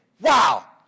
wow